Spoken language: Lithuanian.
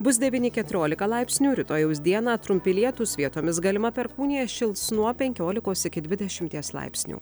bus devyni keturiolika laipsnių rytojaus dieną trumpi lietūs vietomis galima perkūnija šils nuo penkiolikos iki dvidešimties laipsnių